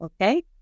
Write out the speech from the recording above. Okay